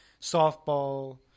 softball